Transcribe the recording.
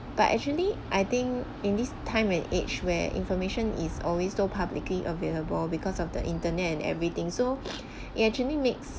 but actually I think in this time and age where information is always so publicly available because of the internet and everything so it actually mix